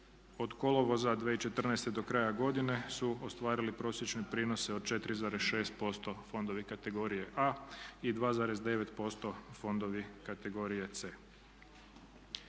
Od kolovoza 2014. do kraja godine su ostvarili prosječne prinose od 4,6% fondovi kategorije A i 2,9% fondovi kategorije C.